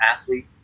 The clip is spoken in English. athlete